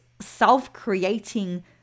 self-creating